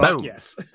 Yes